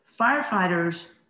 Firefighters